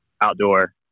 outdoor